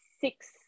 six